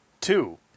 Two